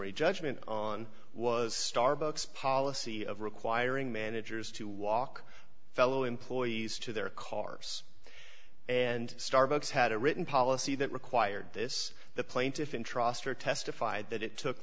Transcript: judgment on was starbucks policy of requiring managers to walk fellow employees to their cars and starbucks had a written policy that required this the plaintiff in trust her testified that it took